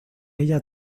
ella